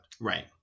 Right